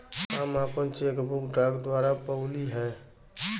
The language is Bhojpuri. हम आपन चेक बुक डाक द्वारा पउली है